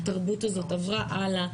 התרבות הזאת עברה הלאה.